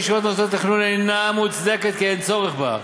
ישיבות מוסדות התכנון אינה מוצדקת כי אין צורך בה.